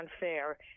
unfair